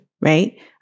right